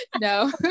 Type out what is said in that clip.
No